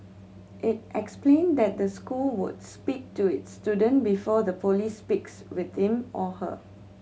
it explained that the school would speak to its student before the police speaks with him or her